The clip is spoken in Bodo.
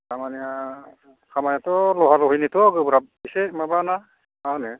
खामानियाथ' लहा लहिनिथ' गोब्राब एसे माबाना मा होनो